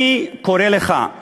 אני קורא לך,